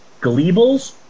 Gleebles